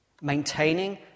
maintaining